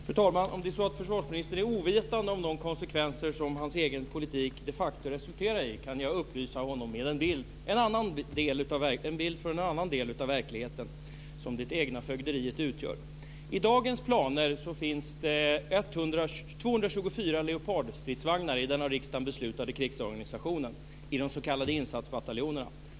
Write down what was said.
Fru talman! Om det är så att försvarsministern är ovetande om de konsekvenser som hans egen politik de facto resulterar i kan jag upplysa honom genom att ge en bild från en annan del av verkligheten som det egna fögderiet utgör. I dagens planer finns det 224 Leopardstridsvagnar i den av riksdagen beslutade krigsorganisationen, i de s.k. insatsbataljonerna.